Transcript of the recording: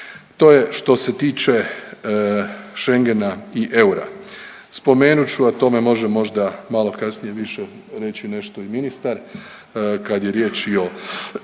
To je što se tiče Schengena i eura. Spomenut ću, a o tome može možda malo kasnije više reći nešto i ministar kada je riječ i o